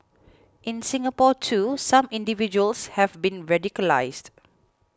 in Singapore too some individuals have been radicalised